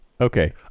Okay